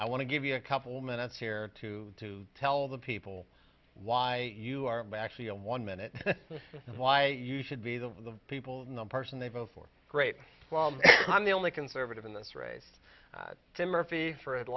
i want to give you a couple of minutes here to tell the people why you aren't actually on one minute and why you should be the people in the person they vote for great well i'm the only conservative in this race to murphy for the